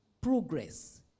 progress